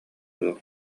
ыал